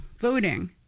voting